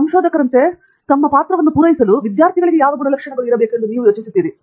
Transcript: ಸಂಶೋಧಕರಂತೆ ತಮ್ಮ ಪಾತ್ರವನ್ನು ಪೂರೈಸಲು ವಿದ್ಯಾರ್ಥಿಗಳಿಗೆ ಯಾವ ಗುಣಲಕ್ಷಣಗಳು ಇರಬೇಕು ಎಂದು ನೀವು ಯೋಚಿಸುತ್ತೀರಿ